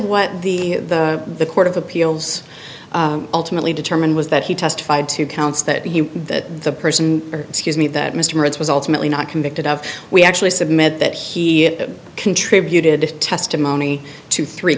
what the the court of appeals ultimately determined was that he testified two counts that he that the person or excuse me that mr morris was ultimately not convicted of we actually submitted that he contributed to testimony two three